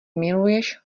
miluješ